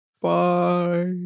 Bye